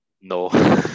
No